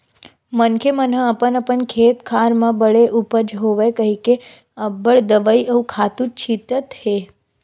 मनखे मन ह अपन अपन खेत खार म बने उपज होवय कहिके अब्बड़ दवई अउ खातू छितत हे